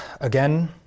Again